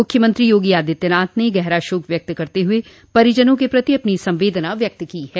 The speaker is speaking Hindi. मुख्यमंत्री योगी आदित्यनाथ ने गहरा शोक व्यक्त करते हुए परिजनों के प्रति अपनी संवेदना व्यक्त की है